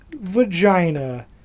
vagina